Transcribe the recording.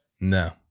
No